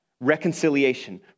reconciliation